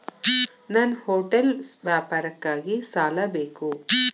ನನ್ನ ಹೋಟೆಲ್ ವ್ಯಾಪಾರಕ್ಕಾಗಿ ಸಾಲ ಬೇಕು